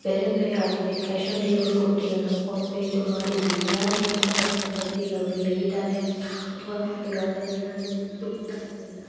ಬೇರೆ ಪೇ ಆಗಿದೆ cash on delivery ಕೊಟ್ಟಿಲ್ಲ ನಾವು ಫೋನ್ಪೇ ಇದನ್ನು ಮಾಡಿದ್ದೀವಿ ಆದರೆ ಇನ್ನೂ ಬರ್ತ ಬಂದಿಲ್ಲ ಅವರು ಎಲ್ಲಿದ್ದಾರೆ ಅಥವಾ ಈ ಆರ್ಡರ್ ಏನಾಗಿದೆ ಅನ್ನೋದು ಗೊತ್ತಾಗ್ತಾ ಇಲ್ಲ